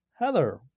Heather